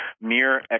mere